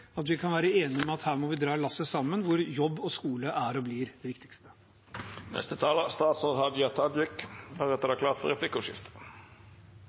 vi være enige om at her må vi dra lasset sammen, der jobb og skole er og blir det viktigste. Regjeringa har store ambisjonar for integreringsfeltet, og hovudmålet vårt er